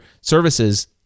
services